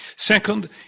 Second